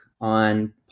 on